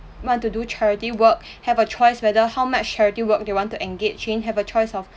want to do charity work have a choice whether how much charity work they want to engage in have a choice of